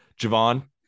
Javon